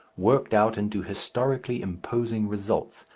worked out into historically imposing results,